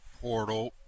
portal